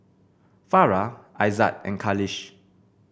Farah Aizat and Khalish